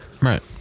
Right